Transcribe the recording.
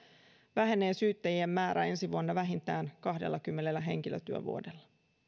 vähenee syyttäjien määrä ensi vuonna vähintään kahdellakymmenellä henkilötyövuodella